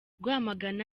rwamagana